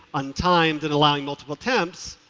untimed, and allowing multiple attempts,